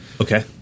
okay